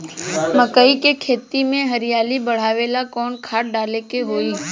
मकई के खेती में हरियाली बढ़ावेला कवन खाद डाले के होई?